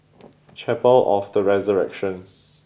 Chapel of the Resurrection